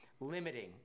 limiting